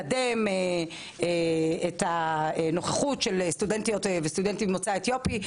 לקדם את הנוכחות של סטודנטיות וסטודנטים ממוצא אתיופי,